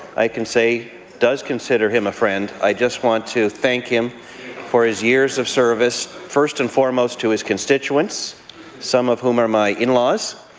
i can say does consider him a friend, i just want to thank him for his years of service, first and foremost to his constituents some of whom are my in-laws